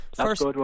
first